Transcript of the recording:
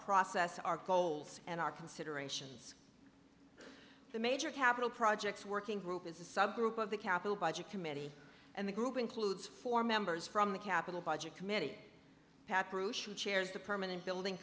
process our goals and our considerations the major capital projects working group is a subgroup of the capital budget committee and the group includes four members from the capital budget committee pat bruce she chairs the permanent building